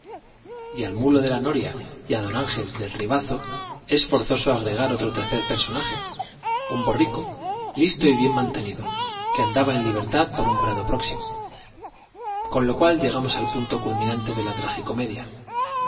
y al mulo de la noria y al d angel del ribazo es forzoso agregar otro tercer personaje un borrico libertad por un mantenido que andaba en listo y bien prado próximo de la con lo cual llegamos al punto culminante tragi comedia